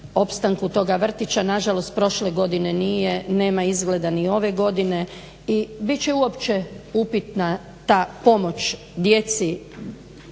opstanku toga vrtića. Na žalost, prošle godine nije, nema izgleda ni ove godine i bit će uopće upitna pomoć djeci